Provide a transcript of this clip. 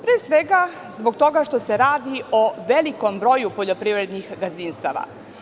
Pre svega, zbog toga što se radi o velikom broju poljoprivrednih gazdinstava.